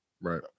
right